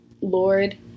Lord